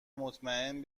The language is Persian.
مطمئن